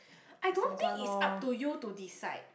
I don't think it's up to you to decide